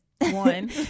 One